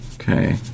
okay